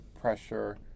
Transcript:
pressure